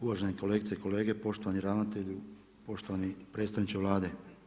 Uvažene kolegice i kolege, poštovani ravnatelju, poštovani predstavniče Vlade.